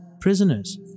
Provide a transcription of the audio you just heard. Prisoners